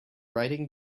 riding